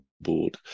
board